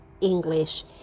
English